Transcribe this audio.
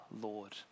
Lord